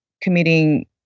committing